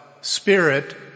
Spirit